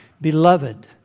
Beloved